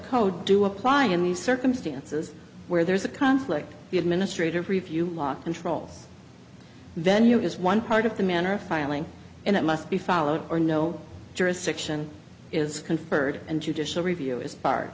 code do apply in these circumstances where there is a conflict the administrative review law controls venue is one part of the manner of filing and it must be followed or no jurisdiction is conferred and judicial review is par